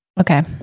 Okay